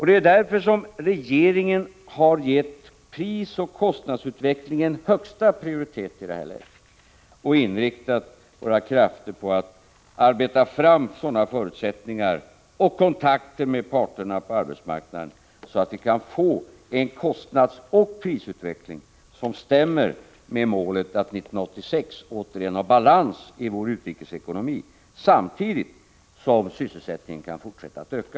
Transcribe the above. Det är därför som regeringen i det här läget har givit prisoch kostnadsutvecklingen högsta prioritet och inriktat sina krafter på att åstadkomma sådana kontakter med parterna på arbetsmarknaden att vi kan få till stånd en kostnadsoch prisutveckling som stämmer med målet att 1986 återigen ha balans i vår utrikesekonomi samtidigt som sysselsättningen i Sverige kan fortsätta att öka.